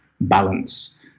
balance